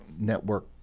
network